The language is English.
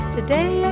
Today